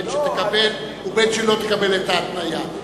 בין שתקבל ובין שלא תקבל את ההתניה,